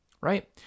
Right